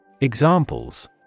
Examples